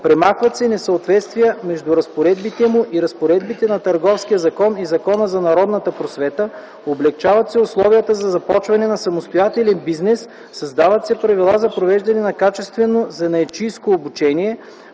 премахват се несъответствия между разпоредбите му и разпоредбите на Търговския закон и Закона за народната просвета, облекчават се условията за започване на самостоятелен бизнес, създават се правила за провеждане на качествено занаятчийско обучение,